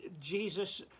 Jesus